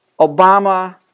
Obama